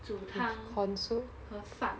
煮汤和饭